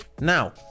Now